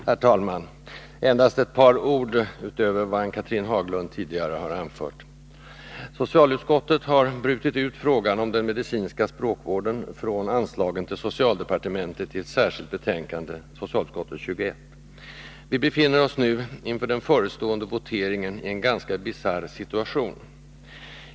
Herr talman! Endast ett par ord utöver vad Ann-Cathrine Haglund tidigare har anfört. Socialutskottet har brutit ut frågan om den medicinska språkvården från anslaget till socialdepartementet och behandlat den i ett särskilt betänkande nr 21. Vi befinner oss nu inför den förestående voteringen i en ganska bisarr situation.